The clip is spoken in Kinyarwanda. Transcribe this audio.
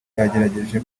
bagerageje